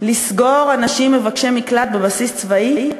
לסגור אנשים מבקשי מקלט בבסיס צבאי?